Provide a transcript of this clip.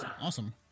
awesome